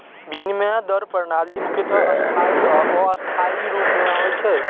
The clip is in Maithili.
विनिमय दर प्रणाली मुख्यतः स्थायी आ अस्थायी रूप मे होइ छै